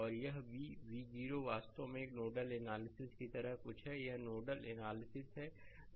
और यह V V0 वास्तव में एक नोडल एनालिसिस की तरह कुछ है यह नोडल एनालिसिस है